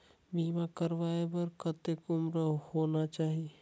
बीमा करवाय बार कतेक उम्र होना चाही?